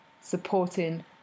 supporting